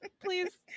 please